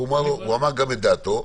הוא גם אמר את דעתו,